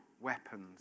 weapons